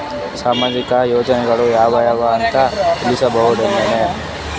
ಸಾಮಾಜಿಕ ಯೋಜನೆಗಳು ಯಾವ ಅವ ಅಂತ ತಿಳಸಬಹುದೇನು?